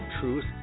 Truth